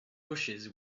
bushes